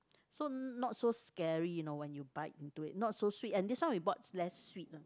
so not so scary you know when you bite into it not so sweet and this one we bought less sweet